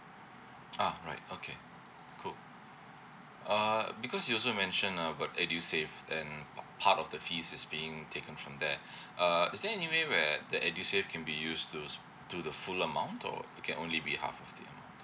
ah right okay cool uh because you also mentioned uh about edusave then part of the fees is being taken from there uh is there anyway where the edusave can be used to s~ to the full amount or it can only be half of the amount